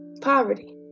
poverty